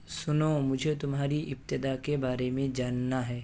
سنو مجھے تمہاری ابتدا کے بارے میں جاننا ہے